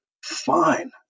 fine